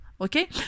Okay